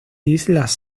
islas